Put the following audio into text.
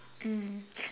mm